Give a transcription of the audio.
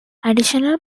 additional